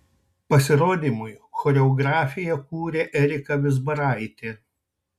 pasirodymui choreografiją kūrė erika vizbaraitė